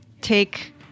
take